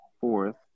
fourth